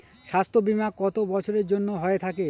স্বাস্থ্যবীমা কত বছরের জন্য হয়ে থাকে?